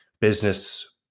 business